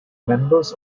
members